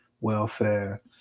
welfare